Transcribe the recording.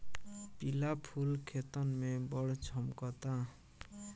पिला फूल खेतन में बड़ झम्कता